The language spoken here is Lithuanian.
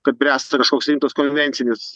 kad bręsta kažkoks rimtas konvencinis